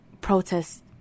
protests